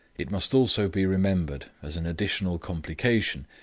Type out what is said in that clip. it must also be remembered, as an additional complication,